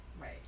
Right